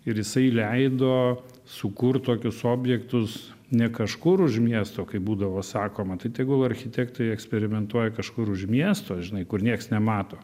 ir jisai leido sukurt tokius objektus ne kažkur už miesto kaip būdavo sakoma tai tegul architektai eksperimentuoja kažkur už miesto žinai kur nieks nemato